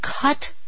cut